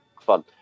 fun